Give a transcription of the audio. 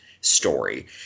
story